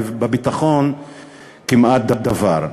בביטחון כמעט דבר.